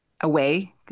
away